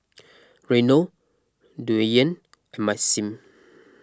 Reino Dwyane and Maxim